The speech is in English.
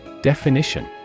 Definition